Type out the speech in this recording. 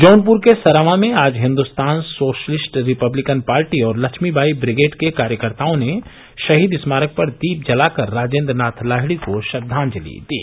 जौनपुर के सरावां में आज हिन्दुस्तान सोशलिस्ट रिपब्लिकन पार्टी और लक्ष्मीबाई ब्रिगेड के कार्यकर्ताओं ने शहीद स्मारक पर दीप जला कर राजेन्द्र नाथ लाहिड़ी को श्रद्वाजलि दी